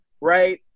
right